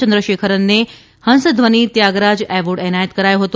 ચંદ્રશેકરનને Hamsadhwani Tyagaraja award એનાયત કરાયો હતો